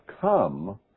come